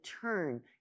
turn